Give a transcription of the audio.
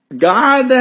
God